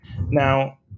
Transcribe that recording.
Now